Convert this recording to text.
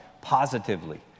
positively